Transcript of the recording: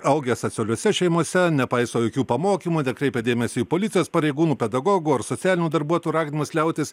augę asocialiose šeimose nepaiso jokių pamokymų nekreipia dėmesį į policijos pareigūnų pedagogų ar socialinių darbuotojų raginimus liautis